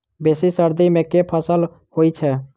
बेसी सर्दी मे केँ फसल होइ छै?